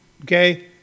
okay